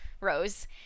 Rose